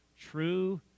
true